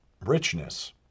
richness